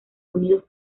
unidos